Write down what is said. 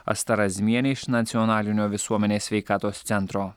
asta razmienė iš nacionalinio visuomenės sveikatos centro